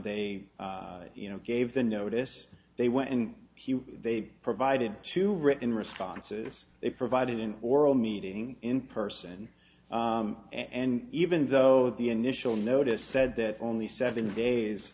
they you know gave the notice they went and they provided two written responses they provided an oral meeting in person and even though the initial notice said that only seven days